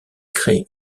crée